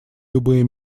любые